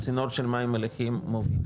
הצינור של מים מליחים מוביל.